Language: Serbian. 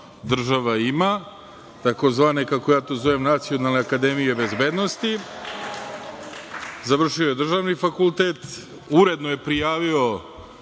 država ima, kako ja to zovem, tzv. nacionalne akademije bezbednosti. Završio je državni fakultet, uredno je prijavio